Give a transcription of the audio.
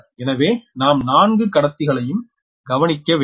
எனவே நாம் 4 கடத்திகளையும் கவனிக்கவேண்டும்